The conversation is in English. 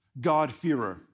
God-fearer